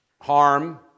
harm